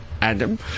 Adam